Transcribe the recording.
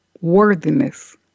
worthiness